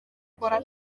gukora